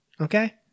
Okay